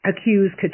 accused